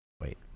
Wait